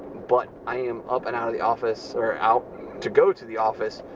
but i am up and out of the office, or out to go to the office,